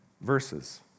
verses